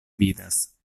vidas